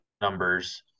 numbers